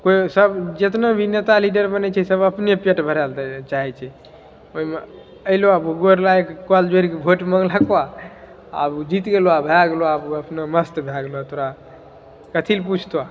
केओ सब जितना भी नेता लीडर बनैत छै सब अपने पेट भरै लऽ चाहैत छै ओहिमे अयलौ गोर लागिके कल जोड़िके भोट माँगलक आब ओ जीत गेलऽ भए गेल आब ओ अपनामे मस्त भए गेलहुँ तोरा कथी लऽ पूछतऽ